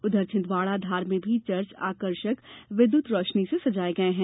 उधर छिंदवाड़ा और धार में भी चर्च आकर्षक विद्युत रोशनी से सजाए गए हैं